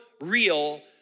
real